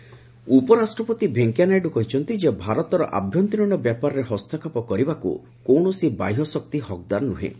Naidu CAA ଉପରାଷ୍ଟ୍ରପତି ଭେଙ୍କୟା ନାଇଡୁ କହିଛନ୍ତି ଭାରତର ଆଭ୍ୟନ୍ତରୀଣ ବ୍ୟାପାରରେ ହସ୍ତକ୍ଷେପ କରିବାକୁ କୌଣସି ବାହ୍ୟ ଶକ୍ତି ହକ୍ଦାର ନୁହେଁ